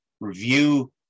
review